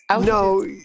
No